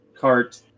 cart